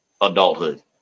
adulthood